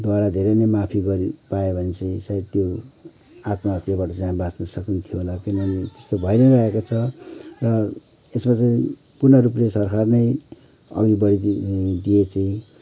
द्वारा धेरै नै माफी गरि पाए भने चाहिँ सायद त्यो आत्महत्याबाट चाहिँ हामी बाच्नु सकिन्थ्यो होला किनभने त्यस्तो भई नै रहेको छ र यसमा चाहिँ पूर्णरूपले सरकार नै अघि बढिदिए चाहिँ